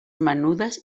menudes